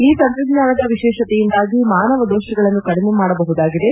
ಈ ತಂತ್ರಜ್ಞಾನದ ವಿಶೇಷತೆಯಿಂದಾಗಿ ಮಾನವ ದೋಷಗಳನ್ನು ಕಡಿಮೆ ಮಾಡಬಹು ದಾಗಿದೆ